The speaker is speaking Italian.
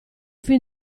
fin